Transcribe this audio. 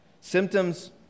Symptoms